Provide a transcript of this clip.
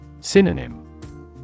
Synonym